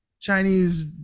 Chinese